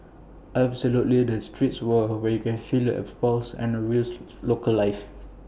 absolutely the streets are where you can feel the pulses of the real local life